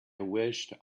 wished